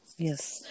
Yes